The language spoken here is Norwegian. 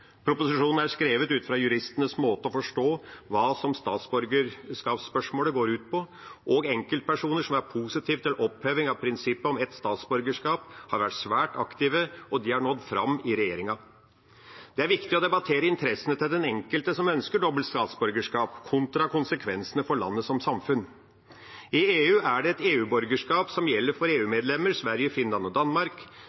Proposisjonen er skrevet ut fra juristenes måte å forstå hva statsborgerskapsspørsmålet går ut på. Enkeltpersoner som er positive til oppheving av prinsippet om ett statsborgerskap, har vært svært aktive, og de har nådd fram i regjeringa. Det er viktig å debattere interessene til den enkelte som ønsker dobbelt statsborgerskap, kontra konsekvensene for landet som samfunn. I EU er det et EU-borgerskap som gjelder for